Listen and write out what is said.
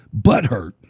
Butthurt